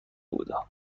بودم